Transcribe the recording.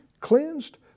cleansed